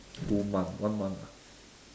two month one month ah